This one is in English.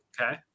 okay